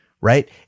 right